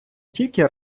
тільки